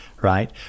right